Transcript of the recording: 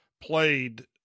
played